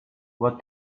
what